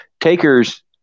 Taker's